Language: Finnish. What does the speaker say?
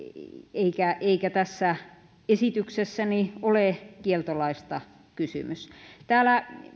eikä tässä esityksessäni ole kieltolaista kysymys täällä